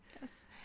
Yes